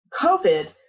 COVID